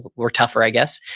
we're tougher i guess.